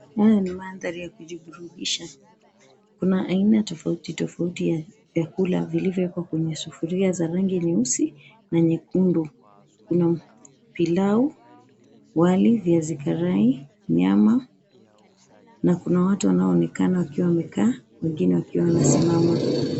Haya ni mandhari ya kujiburudisha, kuna aina tofauti tofauti ya vyakula vilivyowekwa kwenye sufuria za rangi nyeusi na nyekundu. Kuna pilau, wali, viazi karai, nyama na kuna watu wanaonekana wakiwa wanakaa na wengine wakiwa wanasimama.